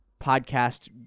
podcast